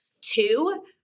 Two